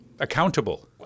Accountable